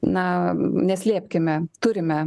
na neslėpkime turime